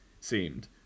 seemed